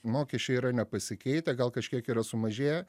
mokesčiai yra nepasikeitę gal kažkiek yra sumažėję